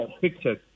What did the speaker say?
pictures